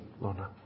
Lorna